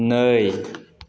नै